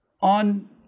on